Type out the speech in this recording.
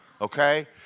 Okay